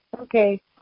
Okay